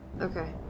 Okay